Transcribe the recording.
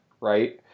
right